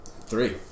Three